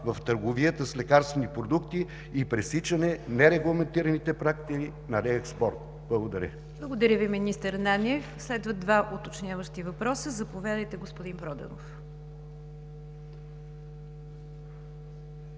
в търговията с лекарствени продукти и пресичане нерегламентираните практики на реекспорт. Благодаря. ПРЕДСЕДАТЕЛ НИГЯР ДЖАФЕР: Благодаря Ви, министър Ананиев. Следват два уточняващи въпроса. Заповядайте, господин Проданов.